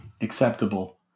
acceptable